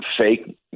Fake